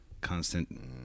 constant